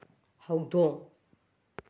ꯍꯧꯗꯣꯡ